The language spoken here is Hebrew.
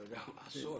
אסון?